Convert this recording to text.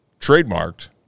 trademarked